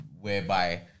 whereby